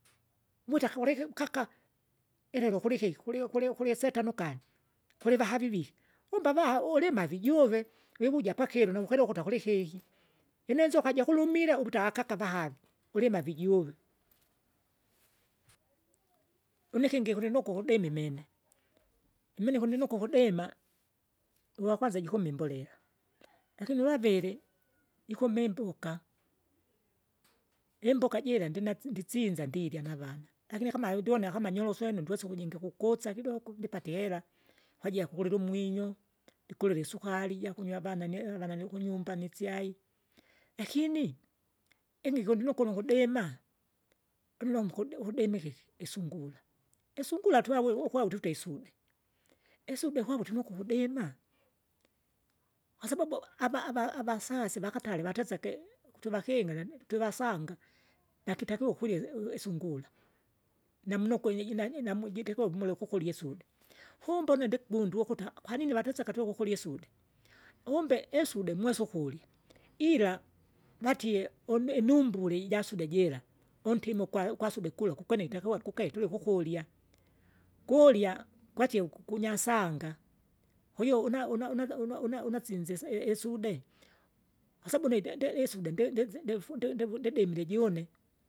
Muta kauliki ukaka, ilelo kuliki kuli- kulie- kiliesetano ukale, kili vahavivi, umba vaha ulimavi ujuve, wiwuja pakilo naukelewa ukuta akuli keki. Lino inzoka jakulumila ukuta akakavahale, ulima vijuve. Une ikingi ikindinokwa ukudemi imene, imene kundinokwqa ukudema, uwakwanza jikumbe imbolela, lakini uwaviri, jikuma imbuka, imboka jira ndinatse ndisinza ndirya navana, lakini akama ndionya kama nyorosweno ndwese ukujingi ukukusa kidoko ndipatie ihera kwajili jakukulila umwinyo, ndikulile isukari jakunywa avana ne- avana kunyumba nisyai. Lakini? ini kundinokono ukudima, unile nkudi- ukudima ikiki, isungura, isungura twavule ukwawu tute isube, isube kwavu tunukukudima, kwasababu ava- ava- avasasi vakatale vateseke, ukutu vakinga gani twivasanga, nakitakiwa ukurya isungura. Namnokwe iji- nani- namu jitikumule ukukulie isude, kumbe une ndigundua ukuta kwanini vateseka tu ukukurye isude, umbe isude mwesa ukurya, ila vatie une inumbula ijasude jira, untimiu ugwa- ugwasude kula kukoni utakiwa unkuketa ulivukurya, kuurya kwatie kunyasanga. Kwahiyo una- una- unaga- una- una- unasinzise isi- isude, kwasabau nitendele isude ndi- ndiz- ndif- ndi- ndi- ndidimile june.